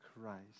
Christ